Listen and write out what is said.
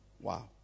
Wow